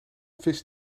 vis